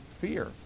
fear